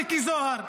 מיקי זוהר,